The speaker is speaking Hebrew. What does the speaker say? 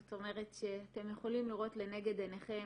זאת אומרת שאתם יכולים לראות לנגד עיניכם,